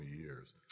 years